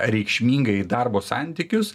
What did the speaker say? reikšmingai darbo santykius